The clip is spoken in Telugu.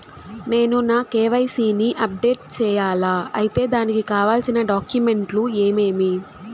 నేను నా కె.వై.సి ని అప్డేట్ సేయాలా? అయితే దానికి కావాల్సిన డాక్యుమెంట్లు ఏమేమీ?